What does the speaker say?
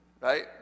Right